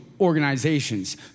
organizations